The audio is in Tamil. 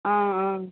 ஆ ஆ